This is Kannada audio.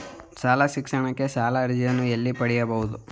ಶಾಲಾ ಶಿಕ್ಷಣಕ್ಕೆ ಸಾಲದ ಅರ್ಜಿಯನ್ನು ಎಲ್ಲಿ ಪಡೆಯಬಹುದು?